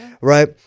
right